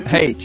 Hey